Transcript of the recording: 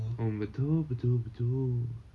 oh betul betul betul